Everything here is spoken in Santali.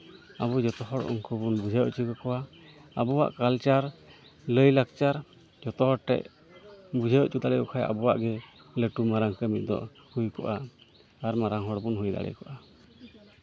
ᱟᱵᱚ ᱡᱚᱛᱚ ᱦᱚᱲ ᱩᱱᱠᱩ ᱵᱚᱱ ᱵᱩᱡᱷᱟᱹᱣ ᱦᱚᱪᱚ ᱠᱮᱠᱚᱣᱟ ᱟᱵᱚᱣᱟᱜ ᱠᱟᱞᱪᱟᱨ ᱞᱟᱹᱭᱼᱞᱟᱠᱪᱟᱨ ᱡᱚᱛᱚ ᱦᱚᱲ ᱴᱷᱮ ᱵᱩᱡᱷᱟᱹᱣ ᱦᱚᱪᱚ ᱫᱟᱲᱮᱭᱟᱠᱚ ᱠᱷᱟ ᱟᱵᱚᱣᱟᱜ ᱜᱮ ᱞᱟᱹᱴᱩ ᱢᱟᱨᱟᱝ ᱠᱟᱹᱢᱤ ᱫᱚ ᱦᱩᱭ ᱠᱚᱜᱼᱟ ᱟᱨ ᱢᱟᱨᱟᱝ ᱦᱚᱲ ᱵᱚᱱ ᱦᱩᱭ ᱫᱟᱲᱮ ᱠᱚᱜᱼᱟ